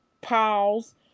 pause